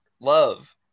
love